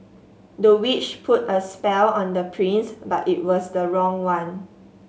the witch put a spell on the prince but it was the wrong one